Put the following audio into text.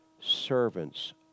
Servants